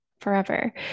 forever